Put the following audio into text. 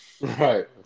Right